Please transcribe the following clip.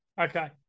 Okay